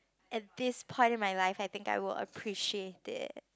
at this point in my life I think I will appreciate it